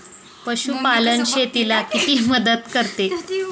पशुपालन शेतीला कशी मदत करते?